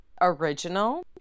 original